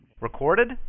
Recorded